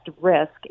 risk